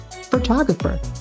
Photographer